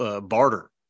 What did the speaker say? barter